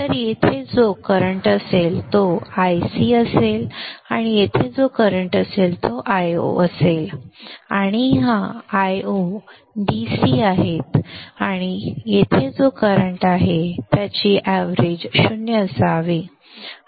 तर येथे जो करंट असेल तो Ic असेल आणि येथे जो करंट असेल तो Io आहे आणि हा Io DC आहे आणि येथे जो करंट आहे त्याची सरासरी 0 असावी